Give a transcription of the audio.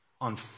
on